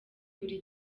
buri